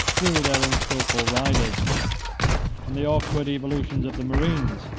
threw their unskilful riders and the awkward evolutions of the marines,